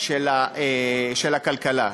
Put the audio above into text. של הכלכלה.